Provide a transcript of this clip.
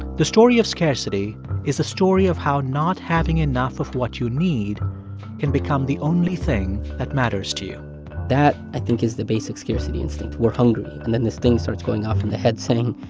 the story of scarcity is a story of how not having enough of what you need can become the only thing that matters to you that, i think, is the basic scarcity instinct. we're hungry. and then this thing starts going off in the head saying,